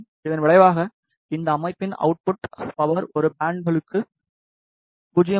இதன் விளைவாக இந்த அமைப்பின் அவுட்புட் பவர் ஒரு பேண்ட்கழுக்கு 0